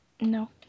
No